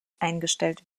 eingestellt